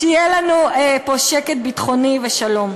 שיהיה לנו פה שקט ביטחוני ושלום.